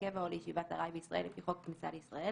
קבע או לישיבת ארעי בישראל לפי חוק הכניסה לישראל,